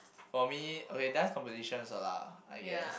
for me okay dance competitions lah I guess